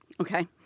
Okay